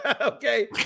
Okay